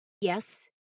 yes